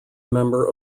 member